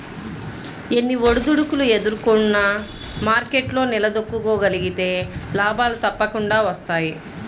ఎన్ని ఒడిదుడుకులు ఎదుర్కొన్నా మార్కెట్లో నిలదొక్కుకోగలిగితే లాభాలు తప్పకుండా వస్తాయి